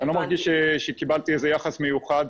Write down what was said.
אני לא מרגיש שקיבלתי איזה יחס מיוחד,